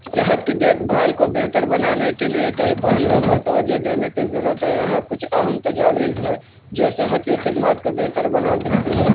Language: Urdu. صحت کی دیکھ بھال کو بہتر بنانے کے لیے کئی پہلوؤں پر توجہ دینے کی ضرورت ہے یہاں کچھ اہم تجاویز ہیں جو صحت کی خدمات کو بہتر بنا سکتی ہے